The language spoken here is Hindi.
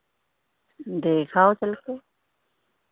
देख आओ चल के